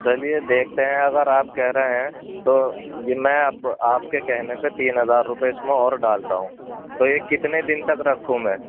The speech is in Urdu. چلیے دیکھتے ہیں اگر آپ کہہ رہے ہیں تو یہ میں اب آپ کے کہنے پہ تین ہزار روپے اس میں اور ڈالتا ہوں تو یہ کتنے دن تک رکھوں میں